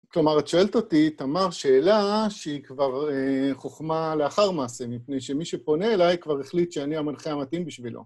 כלומר, את שואלת אותי, תמר שאלה שהיא כבר חוכמה לאחר מעשה, מפני שמי שפונה אליי כבר החליט שאני המנחה המתאים בשבילו.